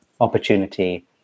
opportunity